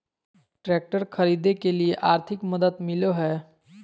Tractor खरीदे के लिए आर्थिक मदद मिलो है?